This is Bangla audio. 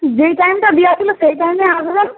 যেই টাইমটা দেওয়া ছিল সেই টাইমে আসবেন